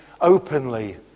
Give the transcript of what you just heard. openly